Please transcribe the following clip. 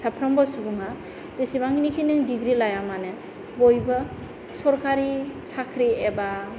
साफ्रोमबो सुबुंआ जेसेबांनोखि नों दिग्रि लाया मानो बयबो सरखारि साख्रि एबा